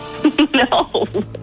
No